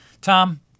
Tom